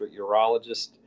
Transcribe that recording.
urologist